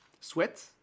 sweat